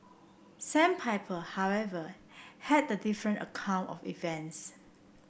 sandpiper however had a different account of events